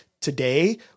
Today